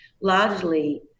largely